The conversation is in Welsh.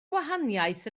gwahaniaeth